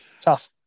Tough